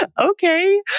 okay